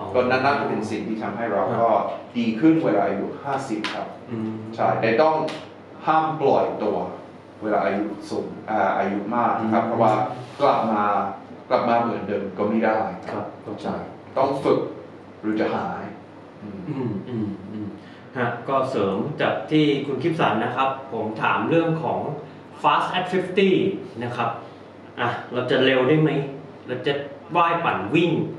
ก็นั่นก็เป็นสิ่งที่ทำให้เราก็ครับดีขึ้นเวลาอายุ 50 ครับอืมใช่ แต่ต้องห้ามปล่อยตัวเวลาอายุสูง- อ่าอายุมากนะครับ เพราะว่ากลับมา- กลับมาเหมือนเดิมก็ไม่ได้ครับครับใช่ ต้องฝึกหรือจะหาย อืมอืม อืม อืม ฮะ ก็เสริมจากที่คุณคิปสันนะครับ ผมถามเรื่องของ Fast at 50 นะครับ อ่ะเราจะเร็วได้ไหม? เราจะว่ายปั่นวิ่ง